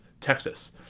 Texas